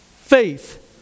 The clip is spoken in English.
faith